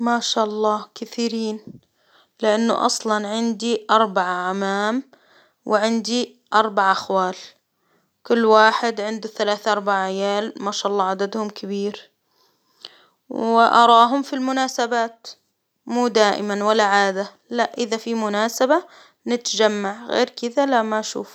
ما شا الله كثيرين لإنه أصلا عندي أربع عمام وعندي أربع أخوال، كل واحد عنده ثلاث أربع عيال ما شا الله عددهم كبير، وأراهم في المناسبات، مو دائما ولا عادة، لا إذا في مناسبة نتجمع غير كذا لا ما أشوف.